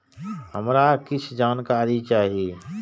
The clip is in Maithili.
हमरा कीछ जानकारी चाही